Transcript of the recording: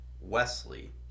Wesley